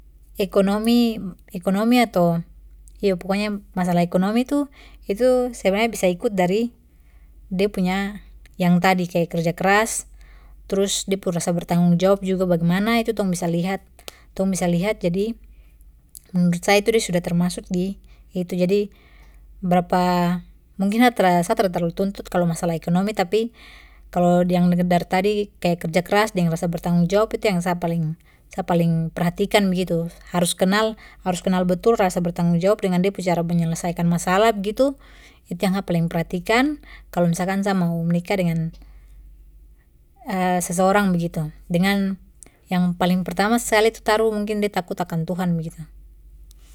Ekonomi ekonomi ato iyo pokoknya masalah ekonomi tu itu sebenarnya bisa ikut dari de punya yang tadi kaya kerja keras trus de pu rasa bertanggung jawab juga bagemana itu tong bisa lihat tong bisa lihat jadi menurut sa itu de sudah termasuk di itu jadi berapa mungkin ha tra sa tra terlalu tuntut kalo masalah ekonomi tapi kalo yang dari tadi kaya kerja keras deng rasa bertanggung jawab itu yang sa paling sa paling perhatikan begitu harus kenal harus kenal betul rasa bertanggung jawab dengan de pu cara menyelesaikan masalah begitu itu yang ha paling perhatikan kalo misalkan sa mau menikah dengan seseorang begitu dengan yang paling pertama skali tu taruh mungkin de takut akan tuhan begitu.